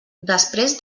després